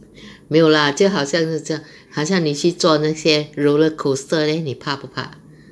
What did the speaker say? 没有 lah 就好像是这样好像你去做那些 roller coaster then 你怕不怕